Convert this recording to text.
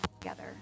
together